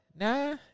nah